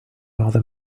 other